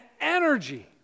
energy